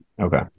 Okay